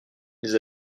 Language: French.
les